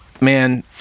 man